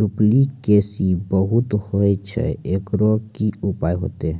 Duplicacy बहुत होय छैय, एकरो की उपाय होते?